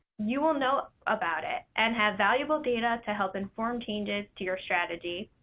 you will know about it and have valuable data to help inform changes to your strategy.